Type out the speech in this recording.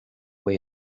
way